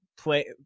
play